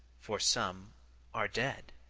for some are dead.